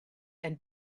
and